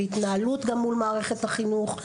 והתנהלות גם מול מערכת החינוך,